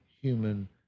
human